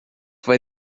vai